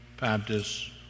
Baptist